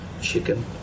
Chicken